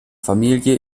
familie